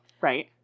right